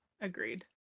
agreed